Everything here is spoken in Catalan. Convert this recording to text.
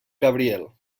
cabriel